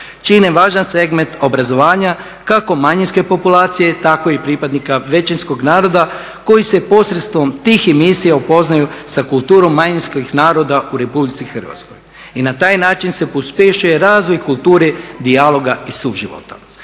čine važan segment obrazovanja kako manjinske populacije tako i pripadnika većinskog naroda koji se posredstvom tih emisija upoznaju sa kulturom manjinskih naroda u RH i na taj način se pospješuje razvoj kulture dijaloga i suživota.